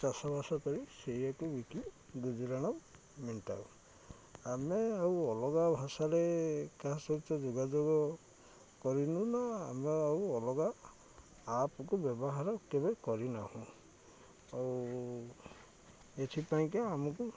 ଚାଷବାସ କରି ସେଇୟକୁ ବିକି ଗୁଜୁରାଣ ମିଣ୍ଟାଉ ଆମେ ଆଉ ଅଲଗା ଭାଷାରେ କାହା ସହିତ ଯୋଗାଯୋଗ କରିନୁ ନା ଆମେ ଆଉ ଅଲଗା ଆପ୍କୁ ବ୍ୟବହାର କେବେ କରିନାହୁଁ ଆଉ ଏଥିପାଇଁକା ଆମକୁ